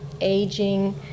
aging